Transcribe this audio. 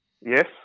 Yes